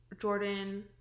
Jordan